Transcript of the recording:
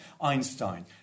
Einstein